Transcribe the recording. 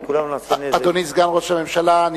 אדוני סגן ראש הממשלה,